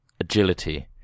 agility